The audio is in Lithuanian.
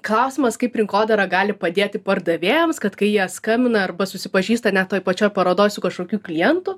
klausimas kaip rinkodara gali padėti pardavėjams kad kai jie skambina arba susipažįsta net toj pačioj parodoj su kažkokiu klientu